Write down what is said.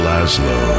Laszlo